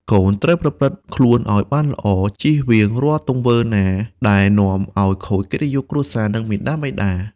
កូនត្រូវប្រព្រឹត្តខ្លួនឲ្យបានល្អ ចៀសវាងរាល់ទង្វើណាដែលនាំឲ្យខូចកិត្តិយសគ្រួសារ និងមាតាបិតា។